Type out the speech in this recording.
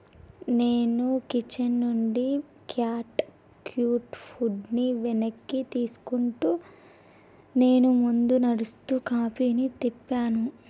నేను కిచెన్ నుండి cat cute ఫుడ్ని వెనక్కి తీసుకుంటూ నేను ముందు నడుస్తూ కాఫీని తిప్పాను